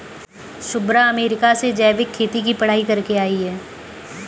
Shubhra America से जैविक खेती की पढ़ाई करके आई है